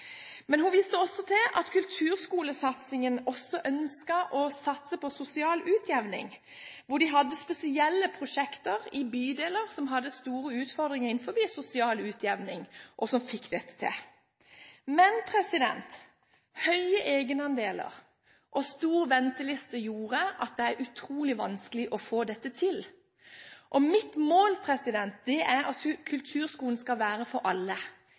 Men hun viste også til at de med kulturskolesatsingen ønsket sosial utjevning. De hadde spesielle prosjekter i bydeler som hadde store utfordringer innenfor sosial utjevning, hvor de fikk dette til, men høye egenandeler og lange ventelister gjør at det er utrolig vanskelig å få dette til. Mitt mål er at kulturskolen skal være for alle